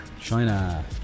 China